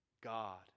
God